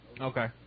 Okay